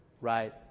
right